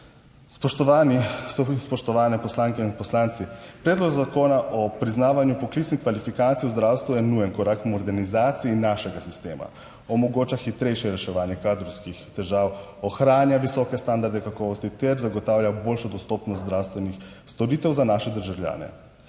Spoštovani poslanke in poslanci, Predlog zakona o priznavanju poklicnih kvalifikacij v zdravstvu je nujen korak k modernizaciji našega sistema. Omogoča hitrejše reševanje kadrovskih težav, ohranja visoke standarde kakovosti ter zagotavlja boljšo dostopnost zdravstvenih storitev za naše državljane.